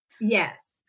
Yes